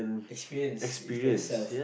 experience it for yourself